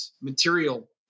material